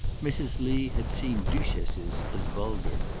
mrs. lee had seen duchesses as vulgar.